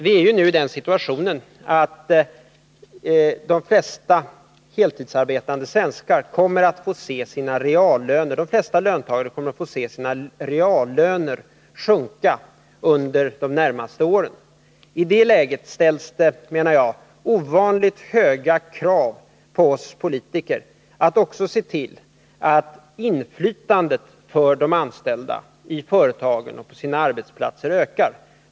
Vi är nu i den situationen att de flesta svenska löntagare kommer att få se sina reallöner sjunka under de närmaste åren. I det läget ställs det ovanligt höga krav på oss politiker att vi också ser till att inflytandet för de anställda i företagen och på arbetsplatserna ökar.